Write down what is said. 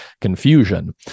confusion